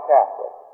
Catholic